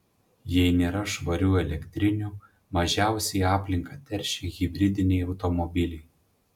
jei nėra švarių elektrinių mažiausiai aplinką teršia hibridiniai automobiliai